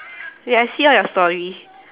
wait I see all your story